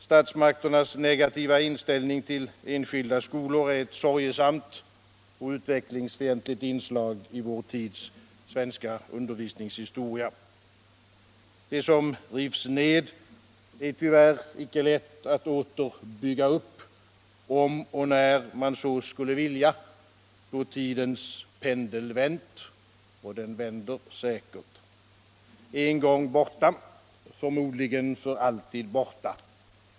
Statsmakternas negativa inställning till enskilda skolor är ett sorgesamt och utvecklingsfientligt inslag i vår tids svenska undervisningshistoria. Det som rivs ner är tyvärr icke lätt att åter bygga upp om och när man så skulle vilja då tidens pendel vänt — och den vänder säkert. En gång borta — förmodligen för alltid borta.